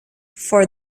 for